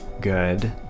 good